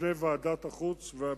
בוועדת החוץ והביטחון.